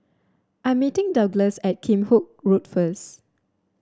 I'm meeting Douglass at Kheam Hock Road first